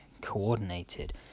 coordinated